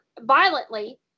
violently